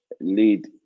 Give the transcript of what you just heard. lead